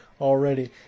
already